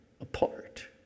apart